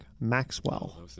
Maxwell